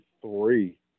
three